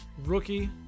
rookie